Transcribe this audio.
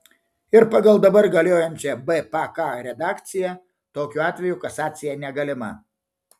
ir pagal dabar galiojančią bpk redakciją tokiu atveju kasacija negalima